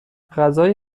غذای